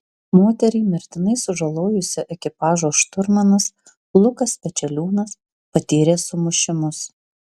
moterį mirtinai sužalojusio ekipažo šturmanas lukas pečeliūnas patyrė sumušimus